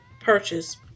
purchase